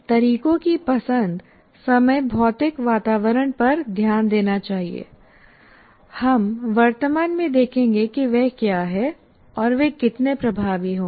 तरीकों की पसंद समय भौतिक वातावरण पर ध्यान देना चाहिए हम वर्तमान में देखेंगे कि वह क्या है और वे कितने प्रभावी होंगे